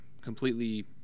completely